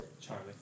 Charlie